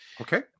Okay